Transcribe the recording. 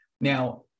Now